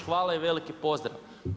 Hvala i veliki pozdrav.